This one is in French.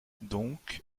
donc